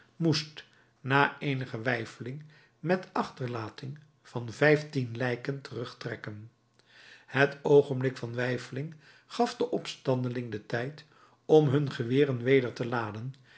moest na eenige weifeling met achterlating van vijftien lijken terugtrekken het oogenblik van weifeling gaf den opstandelingen den tijd om hun geweren weder te laden